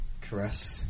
Caress